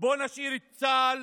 בואו נשאיר את צה"ל